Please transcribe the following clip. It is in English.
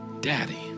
daddy